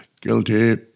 guilty